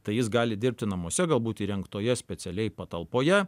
tai jis gali dirbti namuose galbūt įrengtoje specialiai patalpoje